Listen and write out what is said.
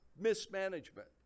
mismanagement